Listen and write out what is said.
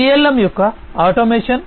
PLM యొక్క automation